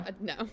no